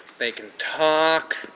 they can talk.